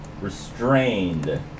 Restrained